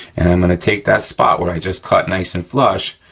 and i'm gonna take that spot where i just cut nice and flush,